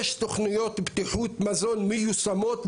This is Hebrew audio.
יש תוכניות בטיחות מיושמות,